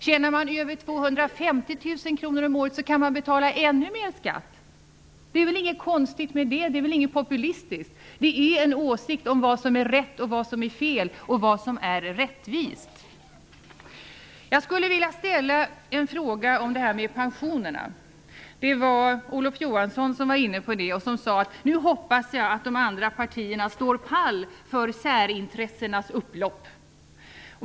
Tjänar man över 250 000 kr om året, kan man betala ännu mera skatt. Det är inget konstigt och inget populistiskt. Det är bara en åsikt om vad som är rätt och fel och vad som är rättvist. Johansson hoppades att de andra partierna skulle stå pall för särintressenas upplopp.